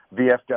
VFW